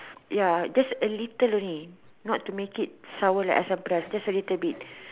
ya just a little only not to make it sour like asam-pedas just a little bit